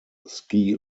ski